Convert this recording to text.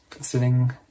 sitting